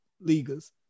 leaguers